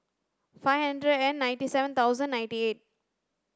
five hundred and ninety seven thousand ninety eight